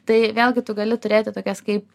tai vėlgi tu gali turėti tokias kaip